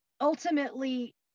ultimately